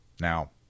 Now